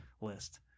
list